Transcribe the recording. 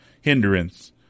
hindrance